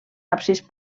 absis